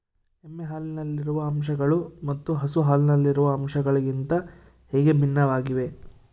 ಎಮ್ಮೆ ಹಾಲಿನಲ್ಲಿರುವ ಅಂಶಗಳು ಮತ್ತು ಹಸು ಹಾಲಿನಲ್ಲಿರುವ ಅಂಶಗಳಿಗಿಂತ ಹೇಗೆ ಭಿನ್ನವಾಗಿವೆ?